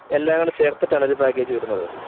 എല്ലാം കൂടെ ചേർത്തിട്ടാണൊരു പാക്കേജ് വരുന്നത്